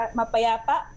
mapayapa